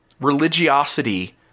religiosity